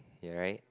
you're right